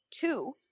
two